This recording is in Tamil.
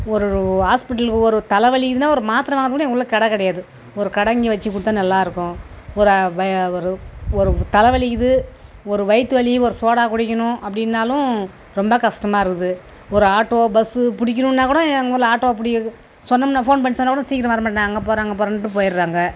ஒரு ஹாஸ்பிட்டலுக்கு ஒரு தலைவலிக்குதுனா ஒரு மாத்திரை வாங்கிறதுக்கு கூட எங்கள் ஊரில் கடை கிடையாது ஒரு கடை இங்கே வச்சுக்குடுத்தால் நல்லா இருக்கும் ஒரு ஒரு ஒரு தலை வலிக்கிறது ஒரு வயிற்று வலி ஒரு சோடா குடிக்கணும் அப்படினாலும் ரொம்ப கஷ்டமா இருக்குது ஒரு ஆட்டோ பஸ்ஸு பிடிக்கிணுன்னா கூட எங்கள் ஊரில் ஆட்டோ பிடிக்கிறது சொன்னோம்னா ஃபோன் பண்ணி சொன்னால் கூட சீக்கரம் வரமாட்டாங்க அங்கே போகிறேன் அங்கே போகிறேன்ட்டு போயிடுறாங்க